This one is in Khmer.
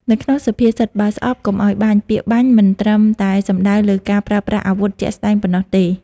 នៅក្នុងសុភាសិត "បើស្អប់កុំឲ្យបាញ់" ពាក្យ "បាញ់" មិនត្រឹមតែសំដៅលើការប្រើប្រាស់អាវុធជាក់ស្តែងប៉ុណ្ណោះទេ។